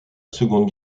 seconde